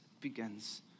begins